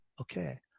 okay